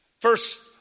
First